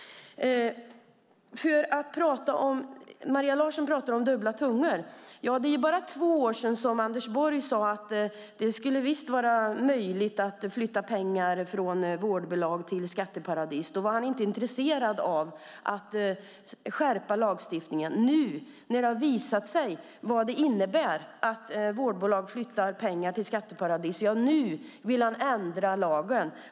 Maria Larsson pratar om dubbla tungor. Ja, det är bara två år sedan som Anders Borg sade att det visst skulle vara möjligt att flytta pengar från vårdbolag till skatteparadis. Då var han inte intresserad av att skärpa lagstiftningen. När det nu har visat sig vad det innebär att vårdbolag flyttar pengar till skatteparadis vill han ändra lagen.